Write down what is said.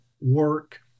work